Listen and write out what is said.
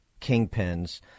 kingpins